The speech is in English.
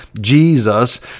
Jesus